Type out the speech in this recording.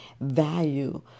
value